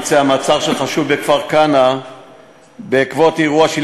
ביצע מעצר של חשוד בכפר-כנא בעקבות אירוע של